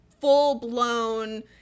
full-blown